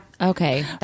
okay